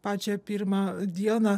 pačią pirmą dieną